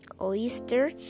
oyster